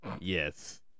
yes